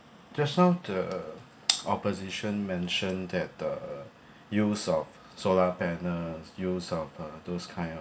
just now the opposition mentioned that the use of solar panels use of uh those kind